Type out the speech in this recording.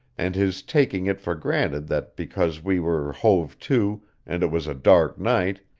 and his taking it for granted that because we were hove to and it was a dark night,